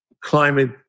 climate